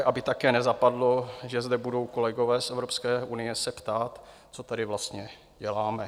Aby také nezapadlo, že zde budou kolegové z Evropské unie se ptát, co tady vlastně děláme.